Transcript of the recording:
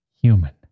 human